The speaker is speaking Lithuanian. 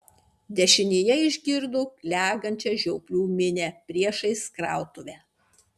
dešinėje išgirdo klegančią žioplių minią priešais krautuvę